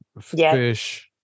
fish